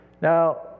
Now